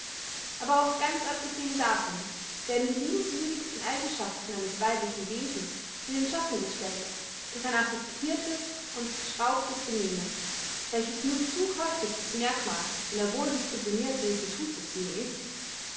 aber auch ganz abgesehen davon werden die liebenswürdigsten eigenschaften eines weiblichen wesens in den schatten gestellt durch ein affectirtes und geschraubtes benehmen welches nur zu häufig das merkmal einer wohldisciplinirten institutserziehung ist